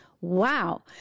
Wow